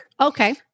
Okay